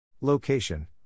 Location